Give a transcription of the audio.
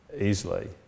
easily